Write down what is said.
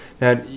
Now